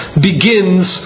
begins